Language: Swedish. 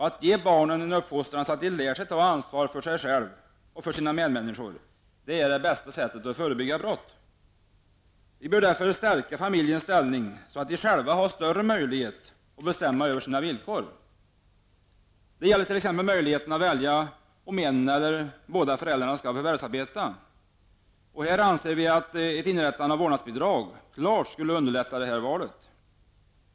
Att ge barnen en uppfostran så att de lär sig att ta ansvar för sig själva och sina medmänniskor, är bästa sättet att förebygga brott. Vi bör därför stärka familjernas ställning så att de själva får större möjlighet att bestämma över sina villkor. Det gäller t.ex. möjligheten att välja om en eller båda föräldrarna skall förvärvsarbeta. Här anser vi att ett inrättande av vårdnadsbidrag klart skulle underlätta detta val.